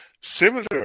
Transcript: similar